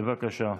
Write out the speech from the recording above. בבקשה.